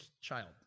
child